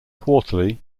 quarterly